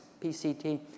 PCT